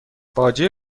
باجه